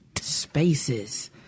Spaces